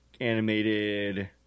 animated